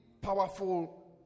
powerful